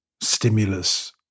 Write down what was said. stimulus